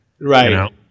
Right